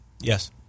Yes